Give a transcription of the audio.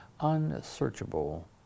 unsearchable